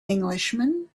englishman